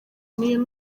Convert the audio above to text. niyo